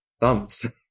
Thumbs